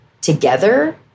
together